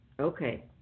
okay